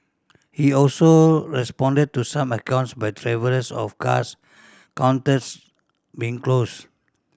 he also responded to some accounts by travellers of cars counters being closed